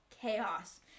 chaos